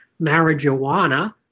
marijuana